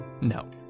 No